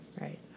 right